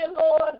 Lord